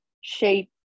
shape